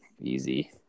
easy